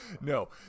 No